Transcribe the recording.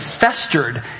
festered